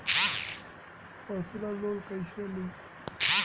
Personal loan कैसे ली?